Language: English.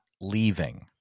leaving